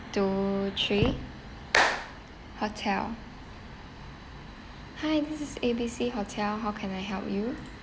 two three hotel hi this is A B C hotel how can I help you